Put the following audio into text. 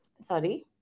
sorry